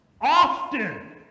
often